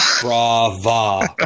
Bravo